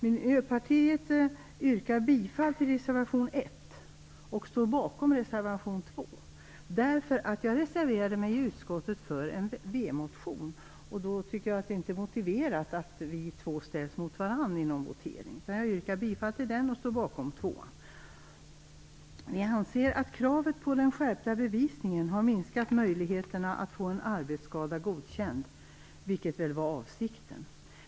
Miljöpartiet yrkar bifall till reservation 1 och står bakom reservation 2. Jag reserverade mig i utskottet till förmån för en Vänsterpartimotion, och då tycker jag inte att det är motiverat att våra reservationer ställs mot varandra i en votering. Vi anser att kravet på skärpt bevisning har minskat möjligheterna att få en arbetsskada godkänd, vilket väl var avsikten.